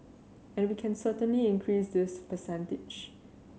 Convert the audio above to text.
and we can certainly increase this percentage